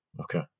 Okay